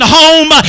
home